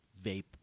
vape